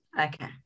Okay